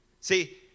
See